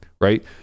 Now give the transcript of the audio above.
Right